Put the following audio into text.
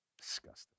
Disgusting